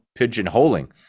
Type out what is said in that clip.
pigeonholing